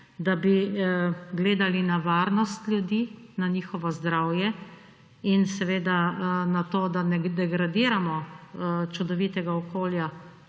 da bi gledali na varnost ljudi, na njihovo zdravje in seveda na to, da ne degradiramo čudovitega okolja,